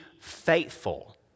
faithful